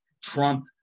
Trump